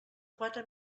quatre